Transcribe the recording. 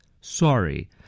Sorry